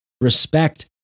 respect